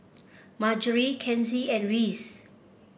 Marjory Kenzie and Reece